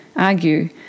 argue